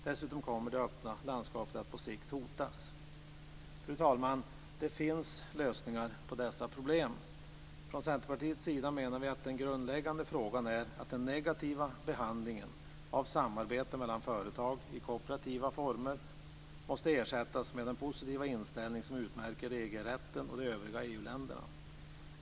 Dessutom kommer det öppna landskapet att på sikt hotas. Fru talman! Det finns lösningar på dessa problem. Från Centerpartiets sida menar vi att den grundläggande frågan är att den negativa behandlingen av samarbete mellan företag i kooperativa former måste ersättas med den positiva inställning som utmärker EG-rätten och de övriga EU-länderna.